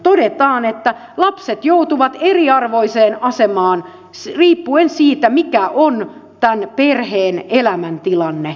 todetaan että lapset joutuvat eriarvoiseen asemaan riippuen siitä mikä on tämän perheen elämäntilanne